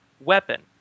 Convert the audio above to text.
weapon